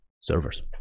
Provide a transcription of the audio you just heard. servers